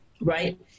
right